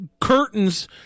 curtains